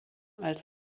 als